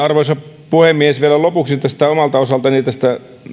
arvoisa puhemies vielä lopuksi omalta osaltani tästä